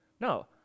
No